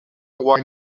wine